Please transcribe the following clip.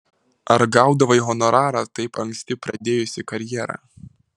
ar gaudavai honorarą taip anksti pradėjusi karjerą